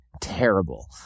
terrible